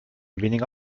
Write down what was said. weniger